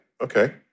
okay